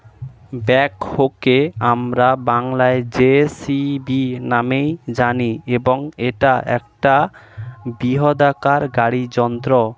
ব্যাকহোকে আমরা বংলায় জে.সি.বি নামেই জানি এবং এটা একটা বৃহদাকার গাড়ি যন্ত্র